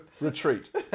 retreat